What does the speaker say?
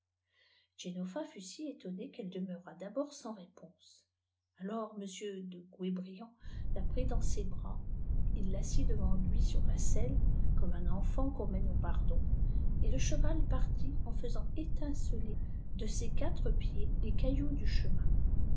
genofa fut éw qii'euet demeura d'ard sans réponse alors m de et brillant la prit dans ses bras il l'assit devant lui sur la ue comme un jenfant qn'iwi fièoe au pardon et le cheval paptil en faisant étin îeler de ses quatre pieds les caillouat du ebepin